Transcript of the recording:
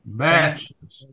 matches